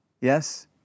Yes